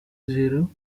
zero